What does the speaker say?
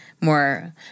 more